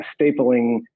stapling